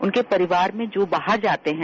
उनके परिवार में जो बाहर जाते हैं